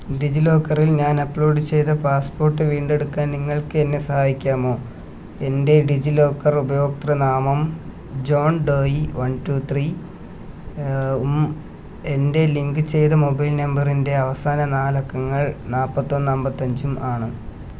ഡിജിലോക്കറിൽ ഞാൻ അപ്ലോഡ് ചെയ്ത പാസ്പോർട്ട് വീണ്ടെടുക്കാൻ നിങ്ങൾക്ക് എന്നെ സഹായിക്കാമോ എൻ്റെ ഡിജിലോക്കർ ഉപയോക്തൃനാമം ജോൺഡോയി വൺ റ്റൂ ത്രീ എൻ്റെ ലിങ്ക് ചെയ്ത മൊബൈൽ നമ്പറിൻ്റെ അവസാന നാല് അക്കങ്ങൾ നാൽപ്പത്തി ഒന്ന് അമ്പത്തി അഞ്ചും ആണ്